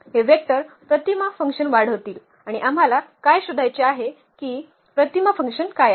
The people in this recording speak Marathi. हे वेक्टर प्रतिमा F वाढवितील आणि आम्हाला काय शोधायचे आहे की प्रतिमा F काय आहे